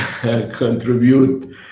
contribute